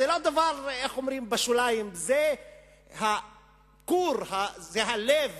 זה לא דבר בשוליים, זה הכור, זה הלב